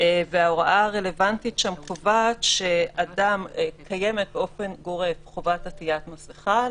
וההוראה הרלוונטית שם קובעת שקיימת באופן גורף חובת עטייף מסיכה,